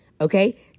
Okay